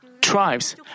tribes